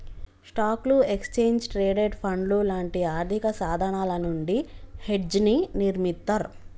స్టాక్లు, exchange traded ఫండ్లు లాంటి ఆర్థికసాధనాల నుండి హెడ్జ్ని నిర్మిత్తర్